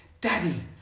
daddy